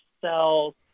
cells